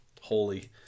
holy